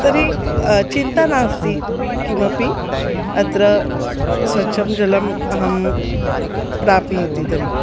तर्हि चिन्ता नास्ति किमपि अत्र स्वच्छं जलम् अहं प्राप्नोति तर्हि